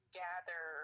gather